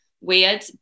weird